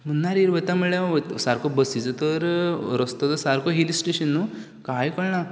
Munnar hill वता म्हळ्यार वत सारको बसीचो तर रस्तो तो सारको हिलस्टेशन न्हू कांय कळना